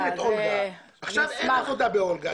עכשיו אין עבודה באולגה.